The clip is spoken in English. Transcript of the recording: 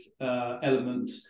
element